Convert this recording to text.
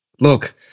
Look